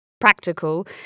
practical